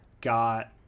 got